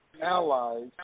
allies